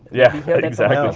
yeah exactly.